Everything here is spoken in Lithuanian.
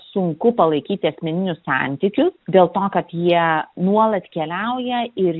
sunku palaikyti asmeninius santykius dėl to kad jie nuolat keliauja ir